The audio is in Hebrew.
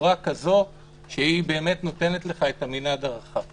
בצורה כזו שהיא באמת נותנת לך את המנעד הרחב.